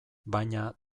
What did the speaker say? baina